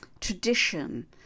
Tradition